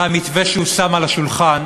והמתווה שהוא שם על השולחן